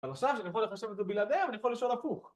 אבל עכשיו שאני יכול לחשב את זה בלעדיהם, אני יכול לשאול הפוך.